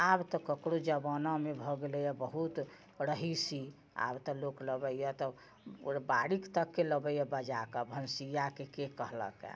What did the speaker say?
आब तऽ ककरो जमानामे भऽ गेलै बहुत रईसी आब तऽ लोक लगै तऽ बारिक तकके लबैए बजाके भन्सियाके कहलकै